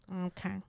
Okay